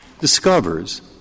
discovers